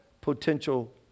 potential